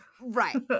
right